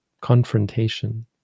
confrontation